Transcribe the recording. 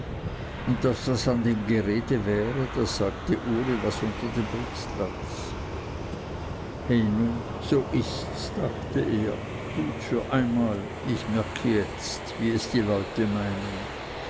und daß was an dem gerede wäre das sagte uli was unter dem brustlatz he nun so ists dachte er gut für einmal ich merke jetzt wie es die leute meinen